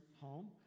home